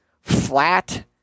flat